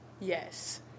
Yes